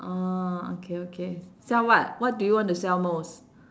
oh okay okay sell what what do you want to sell most